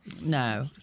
No